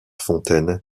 fontaine